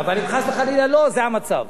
אבל אם חס וחלילה לא, זה המצב.